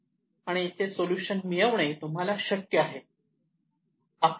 आणि याचे सोल्युशन मिळवणे तुम्हाला शक्य आहे